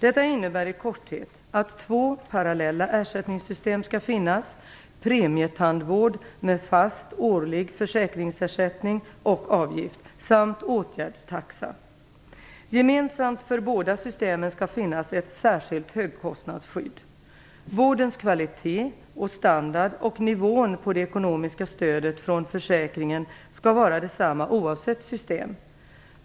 Detta innebär i korthet att två parallella ersättningssystem skall finnas, premietandvård med fast årlig försäkringsersättning och avgift samt åtgärdstaxa. Gemensamt för båda systemen skall finnas ett särskilt högkostnadsskydd. Vårdens kvalitet och standard och nivån på det ekonomiska stödet från försäkringen skall vara detsamma oavsett system.